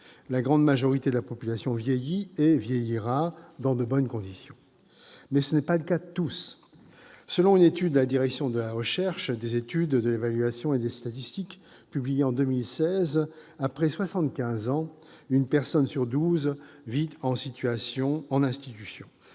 la grande majorité de la population vieillit et vieillira dans de bonnes conditions. Mais ce ne sera pas le cas de tous. Selon une étude de la Direction de la recherche, des études, de l'évaluation et des statistiques, publiée en 2016, après soixante-quinze ans, une personne sur douze vit en institution.